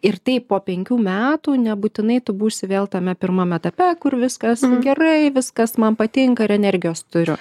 ir tai po penkių metų nebūtinai tu būsi vėl tame pirmam etape kur viskas gerai viskas man patinka ir energijos turiu